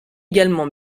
également